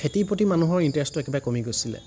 খেতিৰ প্ৰতি মানুহৰ ইনটাৰেষ্টটো একেবাৰে কমি গৈছিলে